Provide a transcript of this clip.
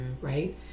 right